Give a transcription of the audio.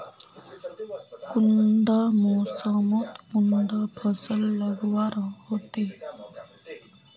कुंडा मोसमोत कुंडा फसल लगवार होते?